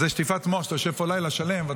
או